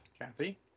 Kathy